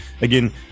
Again